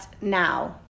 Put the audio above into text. now